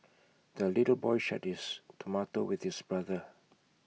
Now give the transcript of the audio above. the little boy shared his tomato with his brother